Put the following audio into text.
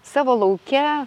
savo lauke